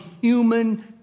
human